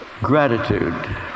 gratitude